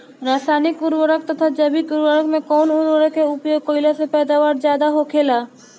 रसायनिक उर्वरक तथा जैविक उर्वरक में कउन उर्वरक के उपयोग कइला से पैदावार ज्यादा होखेला?